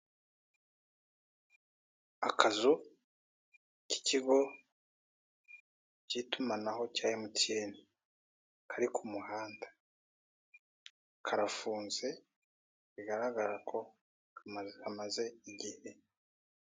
Akazu k'ikigo cy'itumanaho cya Emutiyeni kari ku muhanda kafunze, bugaragara ko kamaze igihe.